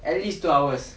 at least two hours